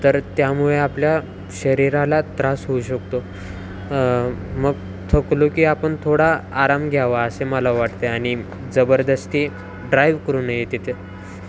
तर त्यामुळे आपल्या शरीराला त्रास होऊ शकतो मग थकलो की आपण थोडा आराम घ्यावा असे मला वाटते आणि जबरदस्ती ड्राईव्ह करू नये तिथे